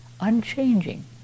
unchanging